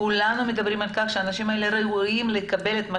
כולנו מדברים על כך שהאנשים האלה ראויים לקבל את מה